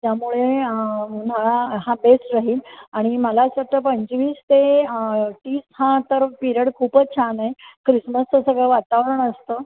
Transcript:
त्यामुळे उन्हाळा हा बेस्ट राहील आणि मला असं वाटतं पंचवीस ते तीस हा तर पिरियड खूपच छान आहे ख्रिसमसचं सगळं वातावरण असतं